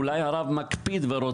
הוא אמר לו,